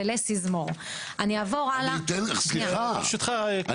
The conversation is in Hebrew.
לפעמים פחות זה יותר.